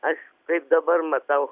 aš kaip dabar matau